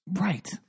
Right